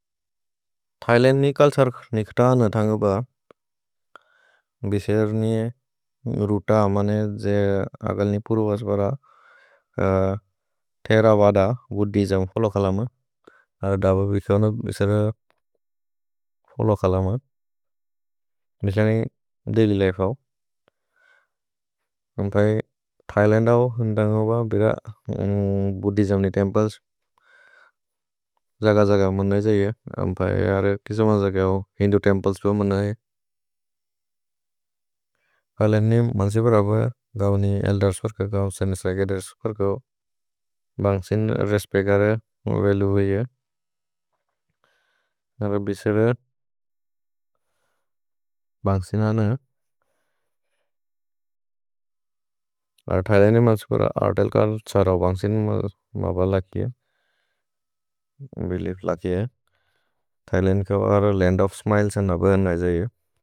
Thailand नि culture निख्त अन थन्ग्ब। भिसेर् नि रुत मने अगल् नि पुरु अस्पर थेर वद बुद्धिजम् फलोखलम। दब बिसेरन बिसेर फलोखलम। मिस्ल नि दैल्य् लिफे औ। थैलन्द् औ थन्ग्ब बिद बुद्धिजम् नि तेम्प्लेस्। जग जग मन्द हि जये। किस मन्द हि जये। हिन्दु तेम्प्लेस् प मन्द हि जये। थैलन्द् नि बन्सि परबर् गौनि एल्देर्स् पर्क गौन्। सैनिस्र गिदेर्स् पर्क गौन्। भन्सिन् रेस्पेकरे वेलु भि जये। भिसेर बन्सिन् अन जये। थैलन्द् नि बन्सि परबर् र्त्ल् काल् छर बन्सिन् बब लकिये। भेलिएफ् लकिये। थैलन्द् क बर लन्द् ओफ् स्मिलेस् न भगन्गै जये।